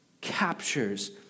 captures